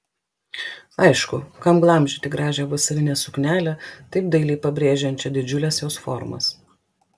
aišku kam glamžyti gražią vasarinę suknelę taip dailiai pabrėžiančią didžiules jos formas